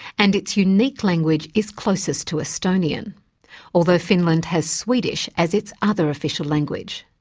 and its unique language is closest to estonian although finland has swedish as its other official language.